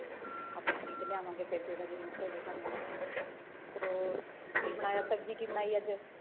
ਅਤੇ ਆਪਾਂ ਖਰੀਦ ਲਿਆਵਾਂਗੇ ਫਿਰ ਜਿਹੜਾ ਜ਼ਰੂਰਤ ਹੋਵੇ ਤੁਹਾਨੂੰ ਹੋਰ ਕੀ ਬਣਾਇਆ ਸਬਜ਼ੀ ਕੀ ਬਣਾਈ ਅੱਜ